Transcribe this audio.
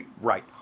Right